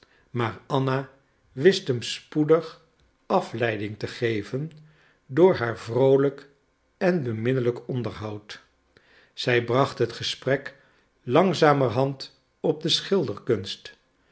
maar anna wist hem spoedig afleiding te geven door haar vroolijk en beminnelijk onderhoud zij bracht het gesprek langzamerhand op de schilderkunst